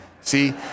See